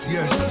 Yes